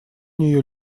нее